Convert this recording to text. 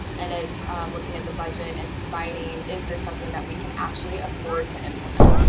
and it's looking at the budget and deciding, is this something that we can actually afford to implement?